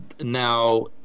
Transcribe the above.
Now